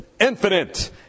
infinite